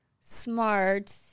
smart